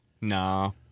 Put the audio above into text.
no